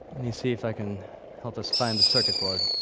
me see if i can help us find the circuit board.